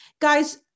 guys